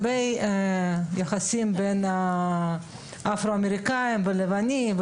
לגבי יחסים בין אפרו אמריקאים ולבנים.